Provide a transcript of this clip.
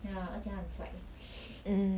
ya 而且很帅